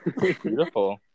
beautiful